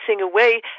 away